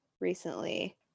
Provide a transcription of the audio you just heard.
recently